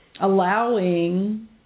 allowing